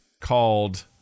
called